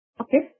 Okay